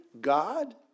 God